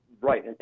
Right